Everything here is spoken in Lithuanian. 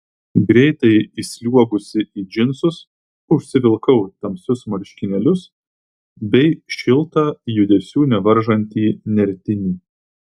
greitai įsliuogusi į džinsus užsivilkau tamsius marškinėlius bei šiltą judesių nevaržantį nertinį